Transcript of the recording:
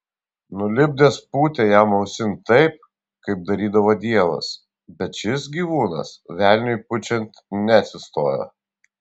nulipdęs pūtė jam ausin taip kaip darydavo dievas bet šis gyvūnas velniui pučiant neatsistojo